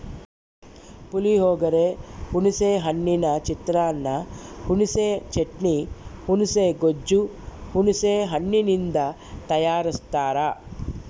ಪುಳಿಯೋಗರೆ, ಹುಣಿಸೆ ಹಣ್ಣಿನ ಚಿತ್ರಾನ್ನ, ಹುಣಿಸೆ ಚಟ್ನಿ, ಹುಣುಸೆ ಗೊಜ್ಜು ಹುಣಸೆ ಹಣ್ಣಿನಿಂದ ತಯಾರಸ್ತಾರ